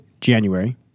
January